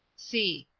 c.